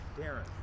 Darren